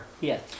Yes